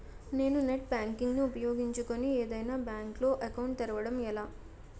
నేను net banking ను ఉపయోగించుకుని ఏదైనా బ్యాంక్ లో అకౌంట్ తెరవడం ఎలా?